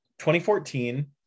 2014